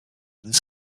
this